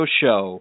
show